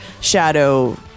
shadow